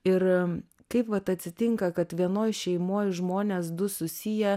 ir kaip vat atsitinka kad vienoj šeimoj žmonės du susiję